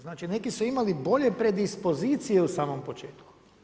Znači neki su imali bolje predispozicije u samom početku.